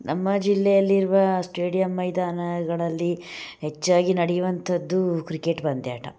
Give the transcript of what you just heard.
ನಮ್ಮ ಜಿಲ್ಲೆಯಲ್ಲಿರುವ ಸ್ಟೇಡಿಯಮ್ ಮೈದಾನಗಳಲ್ಲಿ ಹೆಚ್ಚಾಗಿ ನಡಿಯುವಂಥದ್ದು ಕ್ರಿಕೆಟ್ ಪಂದ್ಯಾಟ